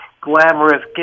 glamorous